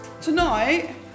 Tonight